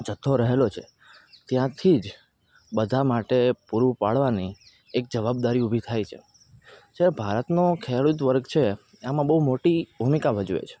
જથ્થો રહેલો છે ત્યાંથી જ બધા માટે પૂરું પાડવાની એક જવાબદારી ઊભી થાય છે જે ભારતનો ખેડૂત વર્ગ છે એમાં બહુ મોટી ભૂમિકા ભજવે છે